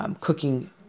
cooking